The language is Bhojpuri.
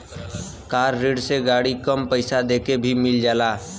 कार ऋण से गाड़ी कम पइसा देके भी मिल जाला